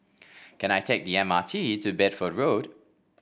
can I take the M R T to Bedford Road